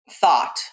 thought